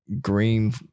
green